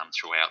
throughout